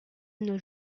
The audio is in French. nos